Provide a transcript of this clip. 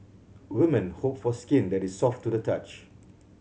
women hope for skin that is soft to the touch